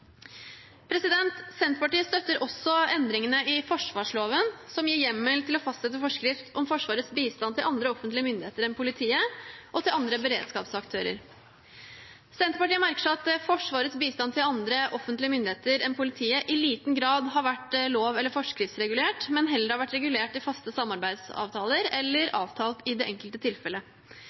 Senterpartiet støtter også endringene i forsvarsloven som gir hjemmel til å fastsette forskrift om Forsvarets bistand til andre offentlige myndigheter enn politiet og til andre beredskapsaktører. Senterpartiet merker seg at Forsvarets bistand til andre offentlige myndigheter enn politiet i liten grad har vært lov- eller forskriftsregulert, men heller regulert i faste samarbeidsavtaler eller avtalt i det enkelte